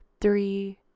three